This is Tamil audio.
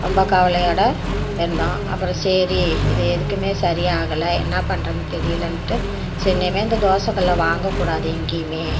ரொம்ப கவலையோடய இருந்தோம் அப்புறம் சரி இது எதுக்குமே சரி ஆகலை என்ன பண்ணுறதுன்னு தெரியலைன்ட்டு சரி இனிமேல் இந்தத் தோசை கல்லை வாங்கக் கூடாது எங்கேயுமே